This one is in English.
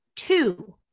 two